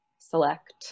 select